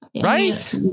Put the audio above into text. right